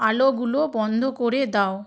আলোগুলো বন্ধ করে দাও